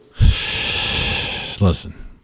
Listen